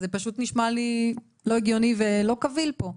זה פשוט נשמע לי לא הגיוני ולא קביל פה,